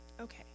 Okay